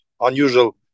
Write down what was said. unusual